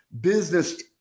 business